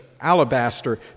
alabaster